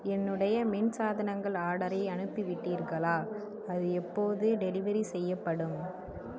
என்னுடைய மின் சாதனங்கள் ஆர்டரை அனுப்பிவிட்டீர்களா அது எப்போது டெலிவரி செய்யப்படும்